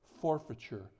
forfeiture